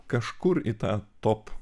kažkur į tą top